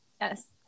Yes